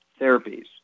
therapies